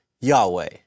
Yahweh